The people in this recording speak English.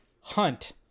Hunt